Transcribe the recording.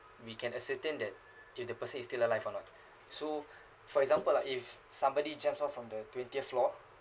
we can ascertain that if the person is still alive or not so for example like if somebody jumps off from the twentieth floor